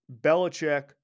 Belichick